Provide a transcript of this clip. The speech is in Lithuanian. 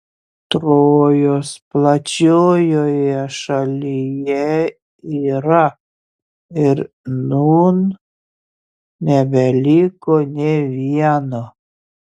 trojos plačiojoje šalyje yra ir nūn nebeliko nė vieno